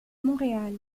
montréal